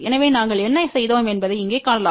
எனவே நாங்கள் என்ன செய்தோம் என்பதை இங்கே காணலாம்